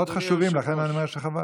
מאוד חשוב, לכן אני אומר שחבל,